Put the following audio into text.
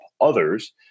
others